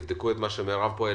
תבדקו את מה שמרב פה העלתה.